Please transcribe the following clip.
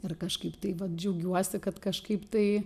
ir kažkaip tai vat džiaugiuosi kad kažkaip tai